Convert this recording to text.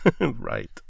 right